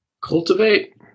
Cultivate